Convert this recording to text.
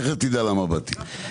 תיכף תדע למה באתי.